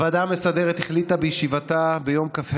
הצעת הוועדה המסדרת לבחור את חברי הכנסת ישראל